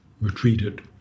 retreated